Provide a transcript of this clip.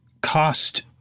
cost